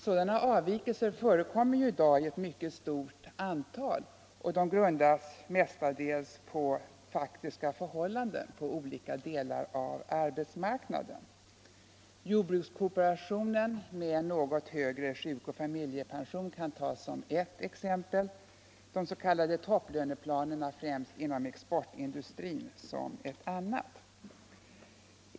Sådana avvikelser förekommer i dag i ett mycket stort antal fall och grundas mestadels på faktiska förhållanden inom olika delar av arbetsmarknaden. Jordbrukskooperationen med något högre sjukoch familjepension kan tas som ett exempel, de s.k. topplöneplanerna, främst inom exportindustrin, som ett annat.